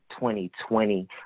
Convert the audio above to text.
2020